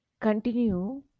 continue